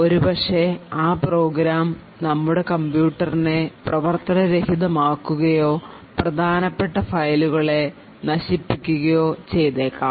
ഒരുപക്ഷേ ആ പ്രോഗ്രാം നമ്മുടെ കംപ്യൂട്ടറിനെ പ്രവർത്തന രഹിതമാക്കുകയോ പ്രധാനപ്പെട്ട ഫയലുകളെ നശിപ്പിക്കുകയോ ചെയ്തേക്കാം